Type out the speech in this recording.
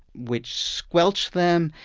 which squelch them,